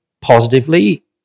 positively